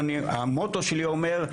המוטו שלי אומר,